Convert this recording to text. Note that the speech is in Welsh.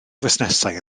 fusnesau